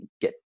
get